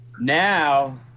Now